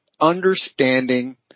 understanding